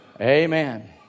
Amen